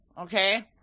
Okay